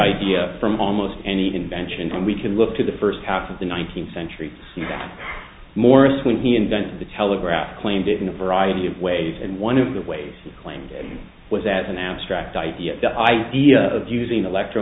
idea from almost any convention and we can look to the first half of the nineteenth century morris when he invented the telegraph claimed it in a variety of ways and one of the ways claimed it was at an abstract idea the idea of using electro